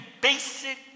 basic